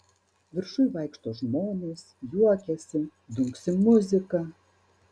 viršuj vaikšto žmonės juokiasi dunksi muzika